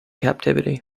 captivity